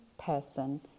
person